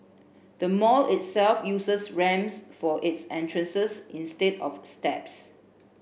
the mall itself uses ramps for its entrances instead of steps